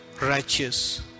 righteous